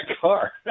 car